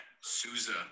Souza